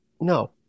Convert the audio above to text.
no